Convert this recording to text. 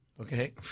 Okay